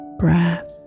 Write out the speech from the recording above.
breath